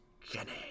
Jenny